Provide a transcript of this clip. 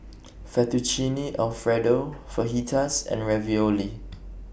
Fettuccine Alfredo Fajitas and Ravioli